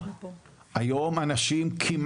סמים.